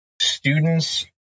Students